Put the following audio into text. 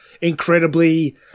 incredibly